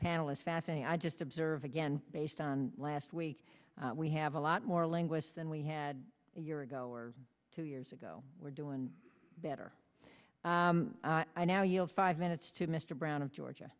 panel is fascinating i just observe again based on last week we have a lot more linguists than we had a year ago or two years ago we're doing better now you know five minutes to mr brown of georgia